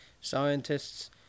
scientists